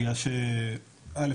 בגלל שא',